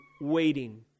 waiting